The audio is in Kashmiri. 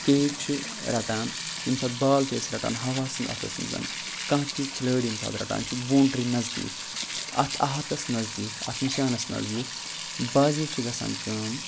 کیچ چھِ رٹان ییٚمہِ ساتہٕ بال چھِ أسۍ رٹان ہَوہَس منٛز اَتھَس منٛز کانٛہہ تہِ کھلٲڑۍ ییٚمہِ ساتہٕ رٹان چھِ بونٛڈری نزدیٖک اَتھ احاتَس نزدیٖک اَتھ نِشانَس نزدیٖک باضے چھِ گژھان کٲم